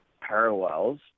parallels